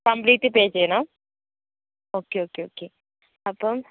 complete pay ചെയ്യണം okay okay okay അപ്പം